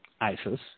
ISIS